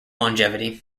longevity